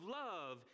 love